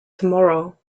tomorrow